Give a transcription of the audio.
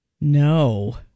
No